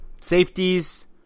safeties